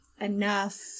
enough